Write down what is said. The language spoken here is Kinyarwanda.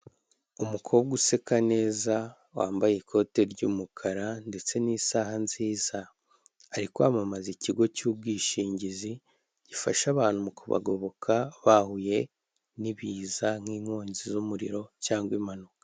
Umukobwa useka neza wambaye ikote ry'umukara ndetse n'isaha nziza ari kwamamaza ikigo cy'ubwishingizi gifasha abantu mu kubagoboka bahuye n'ibiza nk'inkongi z'umuriro cyangwa impanuka.